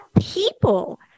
people